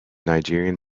nigerian